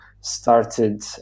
started